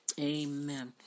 Amen